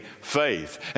faith